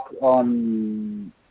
on